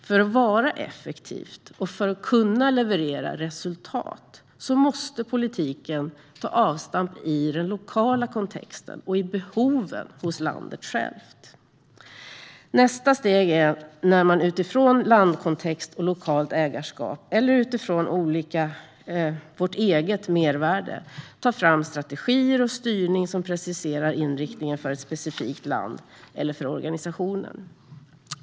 För att vara effektiv och kunna leverera resultat måste politiken ta avstamp i den lokala kontexten och i behoven hos landet självt. Nästa steg är när man utifrån landkontext och lokalt ägarskap eller utifrån vårt eget mervärde tar fram strategier och styrning som preciserar inriktningen för ett specifikt land eller för organisationen.